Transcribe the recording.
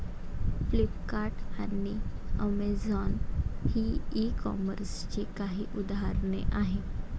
Flipkart आणि Amazon ही e कॉमर्सची काही उदाहरणे आहे